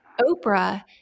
Oprah